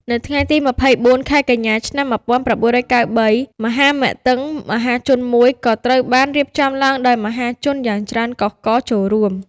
នៅថ្ងៃទី២៤ ខែកញ្ញា ឆ្នាំ១៩៩៣ មហាមិទិ្ទងមហាជនមួយ ក៏ត្រូវបានរៀបចំឡើងដោយ មានមហាជនយ៉ាងច្រើនកុះករចូលរួម។